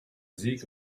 sieg